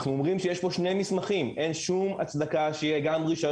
אנחנו אומרים שיש כאן שני מסמכים.